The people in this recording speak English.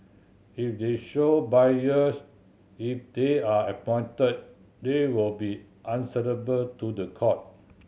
if they show bias if they are appointed they will be answerable to the court